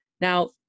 now